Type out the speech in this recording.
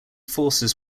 forces